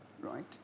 right